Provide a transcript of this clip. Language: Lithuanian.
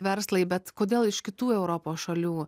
verslai bet kodėl iš kitų europos šalių